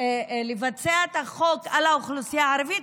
ליישם את החוק על האוכלוסייה הערבית,